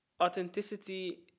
authenticity